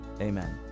Amen